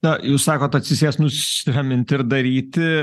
na jūs sakot atsisėst nusiramint ir daryti